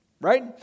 Right